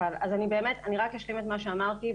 אני רק אשלים את מה שאמרתי,